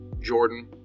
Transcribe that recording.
Jordan